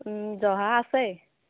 জহা আছে